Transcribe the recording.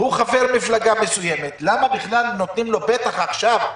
הוא חבר מפלגה מסוימת, למה נותנים לו פתח עכשיו?